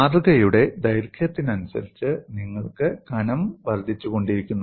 മാതൃകയുടെ ദൈർഘ്യത്തിനനുസരിച്ച് നിങ്ങൾക്ക് കനം വർദ്ധിച്ചുകൊണ്ടിരിക്കുന്നു